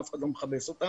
אף אחד לא מכבס אותן.